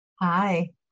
Hi